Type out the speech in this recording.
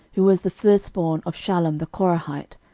who was the firstborn of shallum the korahite,